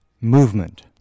movement